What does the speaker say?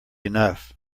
enough